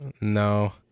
no